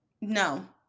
no